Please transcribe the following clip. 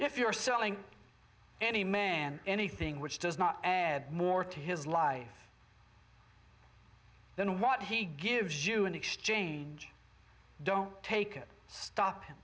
if you're selling any man anything which does not add more to his life than what he gives you an exchange don't take it stop